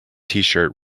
tshirt